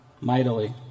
mightily